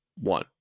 one